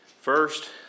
First